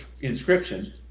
inscription